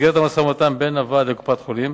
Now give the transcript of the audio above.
במסגרת המשא-ומתן בין הוועד לקופת-החולים